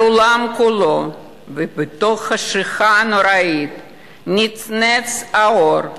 על העולם כולו, ובתוך החשכה הנוראית נצנץ האור.